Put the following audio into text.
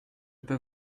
peux